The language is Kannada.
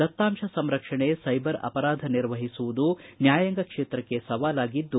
ದತ್ತಾಂಶ ಸಂರಕ್ಷಣೆ ಸೈಬರ್ ಅಪರಾಧ ನಿರ್ವಹಿಸುವುದು ನ್ಯಾಯಾಂಗ ಕ್ಷೇತ್ರಕ್ಕೆ ಸವಾಲಾಗಿದ್ದು